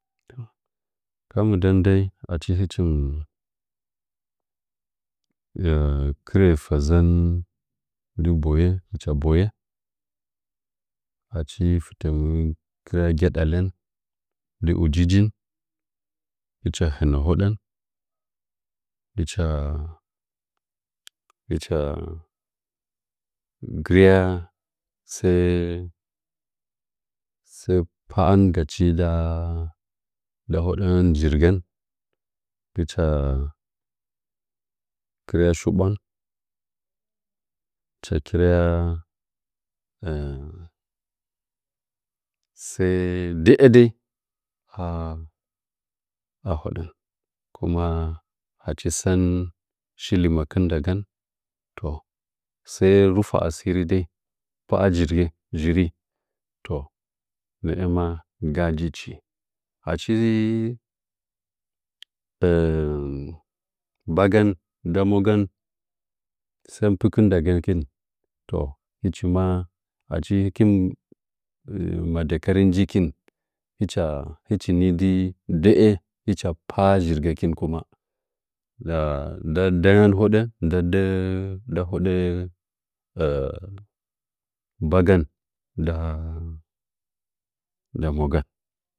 Ka mɨndən dəi achi hɨchim kɨrə fə zən ndɨ boyen hɨcha boye achi fɨtə mɨ kɨrya gyada lən di ujiujin hɨcha hənə hodən hɨcha hɨcha girya səə səə pwa'angachi nda hodongən zhirigən hɨcha kirya shiɓwan hɨcha kɨrya səə də'ə hodə kuma achi səən shi lɨmakɨn nda gən to səə rufa asiridəi, pa'a zhiri zhiri toh nə'ə ma ngga njichi achi bagən nda mogən sən pɨkɨn ndagəkin to hɨchi ma achi hɨkin ma dəkəri njikin hɨcha hɨchi di də'ə hɨcha pwa'a zhiri gəkin kuma ndaa ndəngəm ho dən de nda hoɗə bagɨn nda mogən.